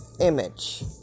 image